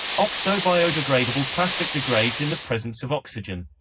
oxo-biodegradable plastic degrades in the presence of oxygen.